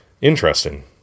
interesting